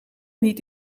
niet